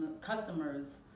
customers